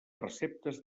receptes